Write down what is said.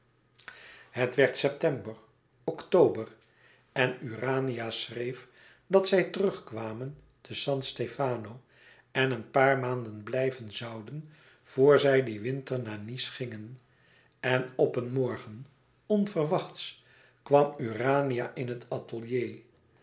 het werd september oktober en urania schreef dat zij terugkwamen te san stefano en er een paar maanden blijven zouden voor zij dien winter naar nice gingen en op een morgen onverwachts kwam urania in het atelier